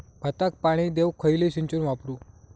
भाताक पाणी देऊक खयली सिंचन वापरू?